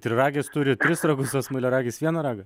triragis turi tris ragus o smailiaragis vieną ragą